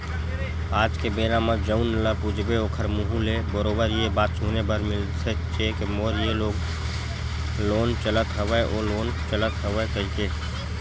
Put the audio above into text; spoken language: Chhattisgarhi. आज के बेरा म जउन ल पूछबे ओखर मुहूँ ले बरोबर ये बात सुने बर मिलथेचे के मोर ये लोन चलत हवय ओ लोन चलत हवय कहिके